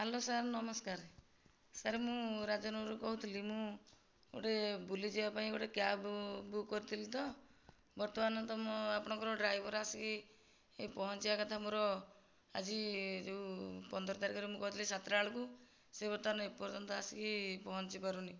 hello sir ନମସ୍କାର sir ମୁଁ ରାଜନଗରରୁ କହୁଥିଲି ମୁଁ ଗୋଟିଏ ବୁଲି ଯିବାପାଇଁ ଗୋଟିଏ କ୍ୟାବ ବୁକ୍ କରିଥିଲି ତ ବର୍ତ୍ତମାନ ତ ମୁଁ ଆପଣଙ୍କର ଡ୍ରାଇଭର ଆସିକି ହେ ପହଞ୍ଚିବା କଥା ମୋର ଆଜି ଯେଉଁ ପନ୍ଦର ତାରିଖରେ ମୁଁ କହିଥିଲି ସାତଟା ବେଳକୁ ସେ ବର୍ତ୍ତମାନ ଏପର୍ଯ୍ୟନ୍ତ ଆସିକି ପହଞ୍ଚି ପାରୁନି